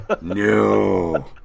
No